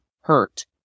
hurt